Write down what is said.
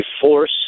force